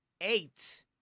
Eight